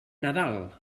nadal